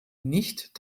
nicht